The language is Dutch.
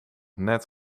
net